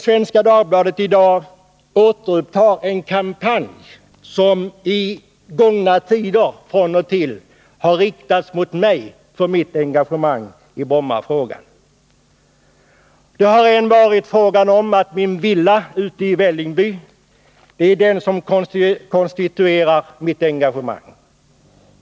Svenska Dagbladet återupptar i dag en kampanj som i gångna tider från och till har riktats mot mig för mitt engagemang i Brommafrågan. Det har påståtts att min villa i Vällingby är det som konstituerar mitt engagemang.